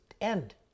end